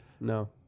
No